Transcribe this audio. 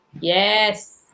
Yes